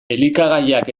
elikagaiak